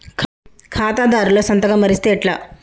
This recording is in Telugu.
ఖాతాదారుల సంతకం మరిస్తే ఎట్లా?